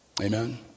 Amen